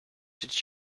did